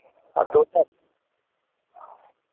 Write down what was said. अब